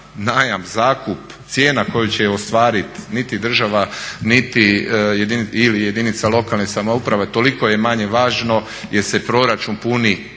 najam, zakup, cijena koju će ostvariti niti država ili jedinica lokalne samouprave toliko je manje važno jer se proračun puni